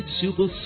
super